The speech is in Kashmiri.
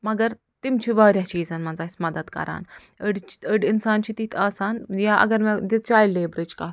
مَگر تِم چھِ واریاہ چیٖزَن منٛز اسہِ مدد کران أڈۍ چھِ أڈۍ اِنسان چھِ تِتھۍ آسان یا اَگر مےٚ چایِلڈٕ لیبرٕچۍ کَتھ